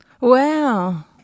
Wow